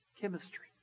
Chemistry